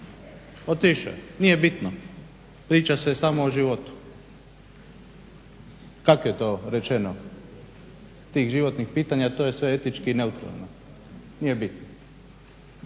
je. Nije bitno, priča se samo o životu. Kako je to rečeno? Tih životnih pitanja, to je sve etički neutralno, nije bitno.